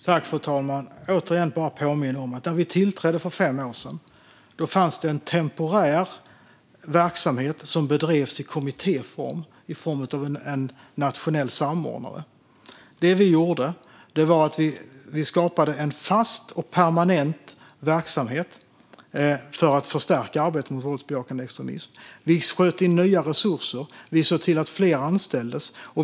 Fru talman! Jag vill återigen bara påminna om att när vi tillträdde för fem år sedan fanns det en temporär verksamhet som bedrevs i kommittéform i form av en nationell samordnare. Det vi gjorde var att vi skapade en fast och permanent verksamhet för att förstärka arbetet mot våldsbejakande extremism. Vi sköt till nya resurser och såg till att fler anställdes.